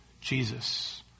Jesus